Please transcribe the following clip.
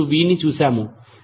ని చూశాము